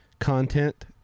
content